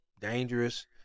dangerous